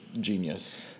genius